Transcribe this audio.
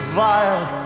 vile